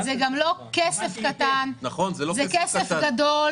זה גם לא כסף קטן, זה כסף גדול.